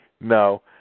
No